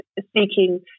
seeking